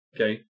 Okay